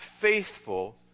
faithful